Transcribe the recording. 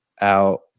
out